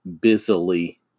busily